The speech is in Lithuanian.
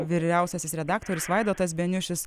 vyriausiasis redaktorius vaidotas beniušis